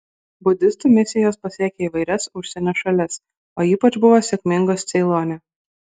budistų misijos pasiekė įvairias užsienio šalis o ypač buvo sėkmingos ceilone